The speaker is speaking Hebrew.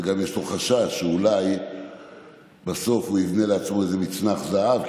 וגם יש לו חשש שאולי בסוף הוא יבנה לעצמו איזה מצנח זהב,